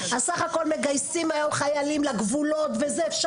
סך הכול מגייסים היום חיילים לגבולות וזה.